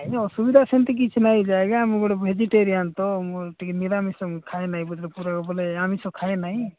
ନାଇଁ ଅସୁବିଧା ସେମିତି କିଛି ନାଇଁ ଯେ ମୁଁ ଗୋଟେ ଭେଜିଟେରିଆନ୍ ତ ମୁଁ ଟିକିଏ ନିରାମିଷ ଖାଏ ନାହିଁ ପୁରା ବୋଇଲେ ଆମିଷ ଖାଏ ନାହିଁ